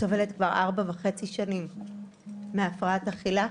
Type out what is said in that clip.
וסובלת כבר ארבע שנים וחצי מהפרעת אכילה.